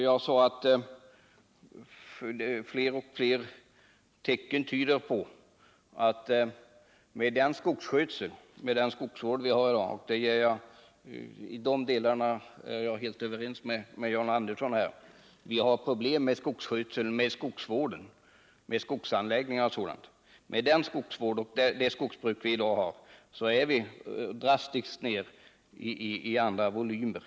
Jag sade att allt fler tecken tyder på att med den skogsskötsel vi har i dag — jag är överens här med John Andersson om att vi har problem med skogsvård, skogsanläggningar och sådant — kommer vi ner i drastiskt låga volymer.